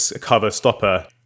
cover-stopper